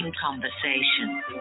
conversation